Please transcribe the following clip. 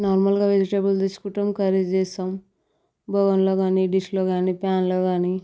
నార్మల్గా వెజిటేబుల్స్ తీసుకుంటాము కర్రీస్ చేస్తాము బగోనీలో కానీ డిష్లో కానీ ప్యాన్లో కానీ